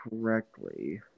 correctly